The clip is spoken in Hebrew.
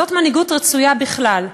זאת מנהיגות רצויה בכלל,